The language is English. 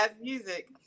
music